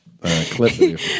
clip